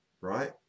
right